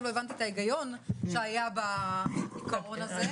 לא הבנתי את ההיגיון שהיה בעיקרון הזה.